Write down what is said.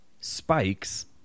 spikes